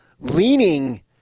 Leaning